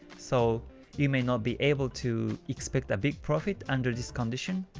so you may not be able to expect a big profit under this condition,